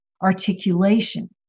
articulation